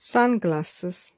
Sunglasses